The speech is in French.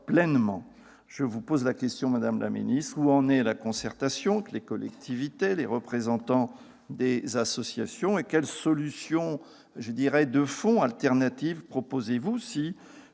Je vous pose la question, madame la ministre : où en est la concertation avec les collectivités et les représentants des associations ? Quelles solutions de fond et quelles alternatives proposez-vous si